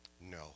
no